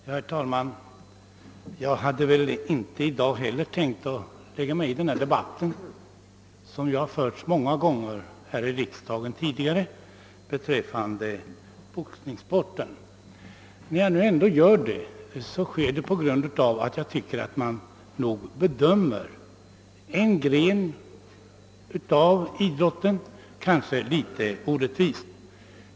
Herr talman! Jag hade inte heller i dag tänkt blanda mig i debatten beträffande boxningssporten; den har ju förts många gånger tidigare här i riksdagen. När jag nu ändå gör det är det på grund av att jag tycker att man bedömer denna gren av idrotten litet orättvist.